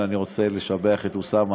אני רוצה לשבח כאן את אוסאמה.